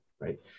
right